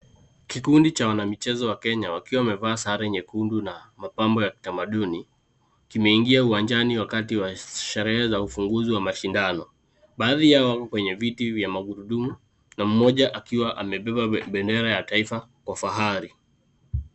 Kikundi cha wanamichezo wa Kenya, wakiwa wamevaa sare nyekundu na mapambo ya kitamaduni, kimeingia uwanjani wakati wa sherehe za ufunguzi wa mashindano. Baadhi yao wako kwenye viti vya magurudumu na mmoja akiwa amebeba bendera ya taifa kwa fahari.